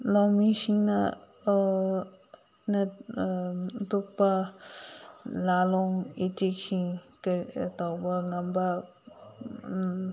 ꯂꯧꯃꯤꯁꯤꯡꯅ ꯑꯇꯣꯞꯄ ꯂꯂꯣꯟ ꯏꯇꯤꯛꯁꯤꯡ ꯀꯔꯤ ꯇꯧꯕ ꯉꯝꯕ